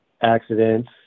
accidents